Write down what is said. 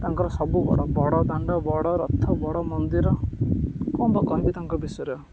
ତାଙ୍କର ସବୁ ବଡ଼ ବଡ଼ ଦଣ୍ଡ ବଡ଼ ରଥ ବଡ଼ ମନ୍ଦିର କଣ ବା କହିବି ତାଙ୍କ ବିଷୟରେ ଆଉ